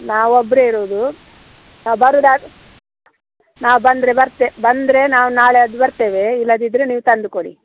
ನಾವು ಒಬ್ಬರೇ ಇರೋದು ನಾವು ಬರೋದಾರ್ ನಾನು ಬಂದರೆ ಬರ್ತೆ ಬಂದರೆ ನಾವು ನಾಳೆ ಅದು ಬರ್ತೇವೆ ಇಲ್ಲದಿದ್ದರೆ ನೀವು ತಂದು ಕೊಡಿ